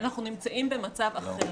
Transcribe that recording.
אנחנו נמצאים במצב אחר.